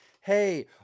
Hey